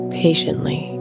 patiently